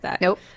nope